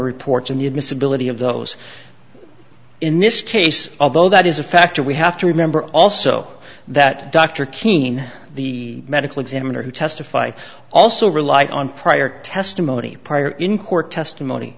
reports and the admissibility of those in this case although that is a factor we have to remember also that dr kean the medical examiner who testify also relied on prior testimony prior in court testimony